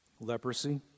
leprosy